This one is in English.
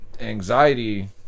anxiety